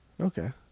okay